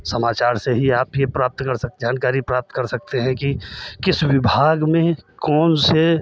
समाचार से ही आप यह प्राप्त कर सकते जानकारी प्राप्त कर सकते हैं कि किस विभाग में कौन से